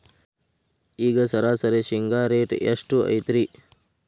ಈಗ ಸರಾಸರಿ ಶೇಂಗಾ ರೇಟ್ ಎಷ್ಟು ಐತ್ರಿ?